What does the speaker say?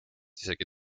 isegi